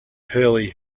hurley